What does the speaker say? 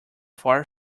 far